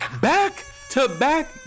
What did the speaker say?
Back-to-back